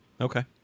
Okay